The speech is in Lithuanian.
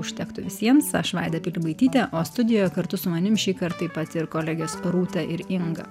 užtektų visiems aš vaida pilibaitytė o studijoje kartu su manim šįkart taip pat ir kolegės rūta ir inga